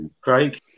Craig